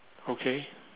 okay